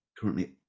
currently